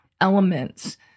elements